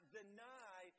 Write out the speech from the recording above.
deny